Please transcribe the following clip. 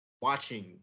watching